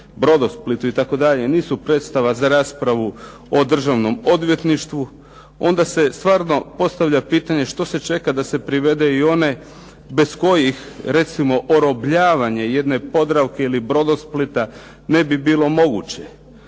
"Brodosplitu" itd. nisu predstava za raspravu o Državnom odvjetništvu onda se stvarno postavlja pitanje što se čeka da se privede i one bez kojih recimo orobljavanje jedne "Podravke" ili "Brodosplita" ne bi bilo moguće,